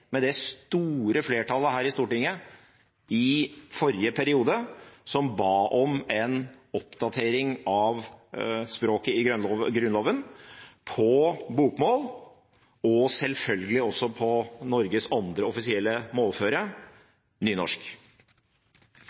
med det store flertallet her i Stortinget i forrige periode, som ba om en oppdatering av språket i Grunnloven, på bokmål og selvfølgelig også på Norges andre offisielle målform, nynorsk.